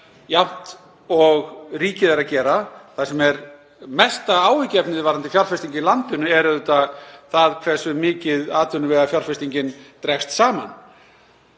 jafnt og ríkið er að gera. Það sem er mesta áhyggjuefnið varðandi fjárfestingu í landinu er auðvitað það hversu mikið atvinnuvegafjárfestingin dregst saman.